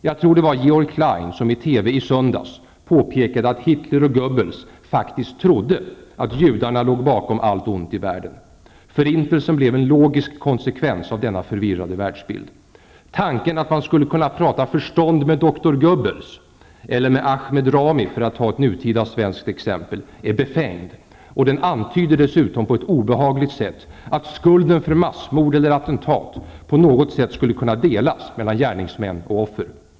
Jag tror att det var Georg Klein som i TV i söndags påpekade att Hitler och Goebbels faktiskt trodde att judarna låg bakom allt ont i världen. Förintelsen blev en logisk konsekvens av denna förvirrade världsbild. Tanken att man skulle kunna prata förstånd med doktor Goebbels -- eller med Ahmed Rami för att ta ett nutida svenskt exempel -- är befängd, och den antyder dessutom på ett obehagligt sätt att skulden för massmord eller attentat på något sätt skulle kunna delas mellan gärningsmän och offer.